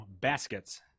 Baskets